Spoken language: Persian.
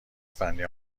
فنی